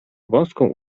wąską